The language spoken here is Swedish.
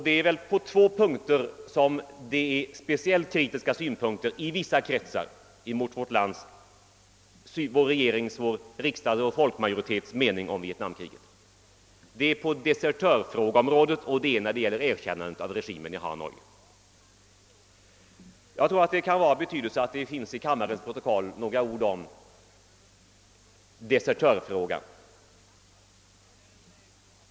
Det är främst på två punkter som man i vissa kretsar har kritiska synpunkter att anföra mot vårt lands, vår riksdags och vår folkmajoritets mening om Vietnamkriget. Det är när det gäller desertörerna, och det är när det gäller erkännandet av regimen i Hanoi. Jag tror att det kan vara av betydelse att det i kammarens protokoll finns några ord i desertörfrågan.